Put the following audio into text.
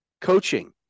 Coaching